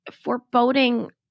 foreboding